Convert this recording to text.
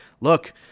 Look